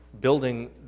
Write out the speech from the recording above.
building